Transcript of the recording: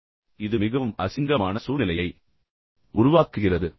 நேர்காணல்கள் மீண்டும் இது மிகவும் அசிங்கமான சூழ்நிலையை உருவாக்குகிறது